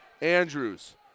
Andrews